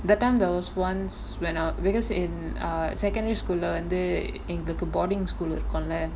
that time there was once when a because in a secondary school leh வந்து எங்களுக்கு:vanthu engalukku boarding school இருக்குல:irukkula